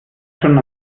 schon